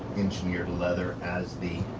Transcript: engineered leather as the